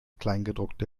kleingedruckte